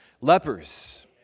Lepers